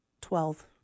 Twelve